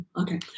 Okay